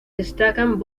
destacan